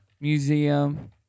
Museum